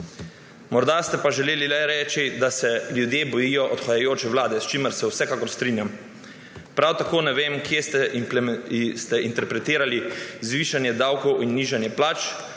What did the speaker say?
Morda ste pa želeli le reči, da se ljudje bojijo odhajajoče vlade, s čimer se vsekakor strinjam. Prav tako ne vem, od kod ste interpretirali zvišanje davkov in nižanje plač.